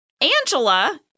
Angela